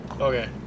Okay